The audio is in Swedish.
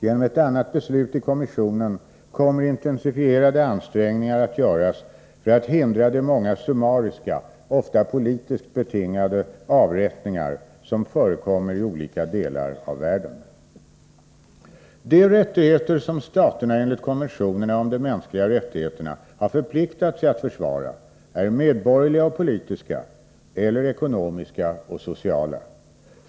Genom ett annat beslut i kommissionen kommer intensifierade ansträngningar att göras för att hindra de många summariska, ofta politiskt betingade, avrättningar som förekommer i olika delar av världen. De rättigheter som staterna enligt konventionerna om de mänskliga rättigheterna har förpliktat sig att försvara är medborgerliga och politiska eller ekonomiska och sociala.